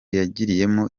yagiriyemo